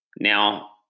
Now